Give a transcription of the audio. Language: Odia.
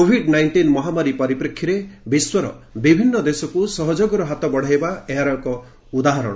କୋଭିଡ ନାଇଷ୍ଟିନ ମହାମାରୀ ପରିପ୍ରେକ୍ଷୀରେ ବିଶ୍ୱର ବିଭିନ୍ନ ଦେଶକୁ ସହଯୋଗର ହାତ ବଢାଇବା ଏହାର ଏକ ଉଦାହରଣ